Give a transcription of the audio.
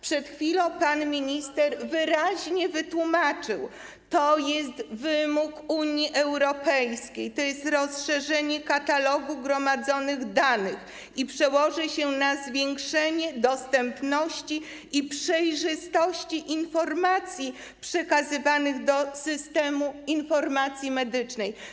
Przed chwilą pan minister wyraźnie wytłumaczył, że to jest wymóg Unii Europejskiej, to jest rozszerzenie katalogu gromadzonych danych i przełoży się na zwiększenie dostępności i przejrzystości informacji przekazywanych do Systemu Informacji Medycznej.